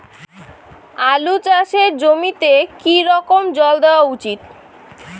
আলু চাষের জমিতে কি রকম জল দেওয়া উচিৎ?